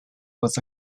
was